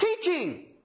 teaching